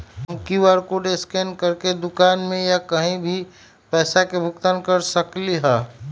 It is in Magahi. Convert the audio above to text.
हम कियु.आर कोड स्कैन करके दुकान में या कहीं भी पैसा के भुगतान कर सकली ह?